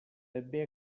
també